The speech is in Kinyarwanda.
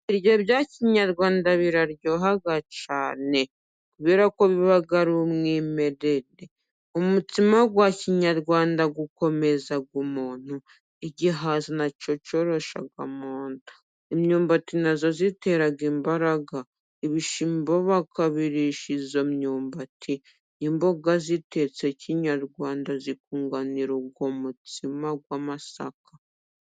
Ibiryo bya kinyarwanda biraryohaha cyane, kubera ko biba ari umwirere, umutsima wa kinyarwanda ukomeza umuntu, igihaza nacyo cyoroshya mu nda, imyumbati nayo itera imbaraga, ibishyimbo bakabirisha iyo myumbati, imboga zitetse kinyarwanda, zikunganira uwo mutsima w'amasaka.